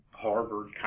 Harvard